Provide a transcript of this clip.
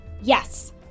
Yes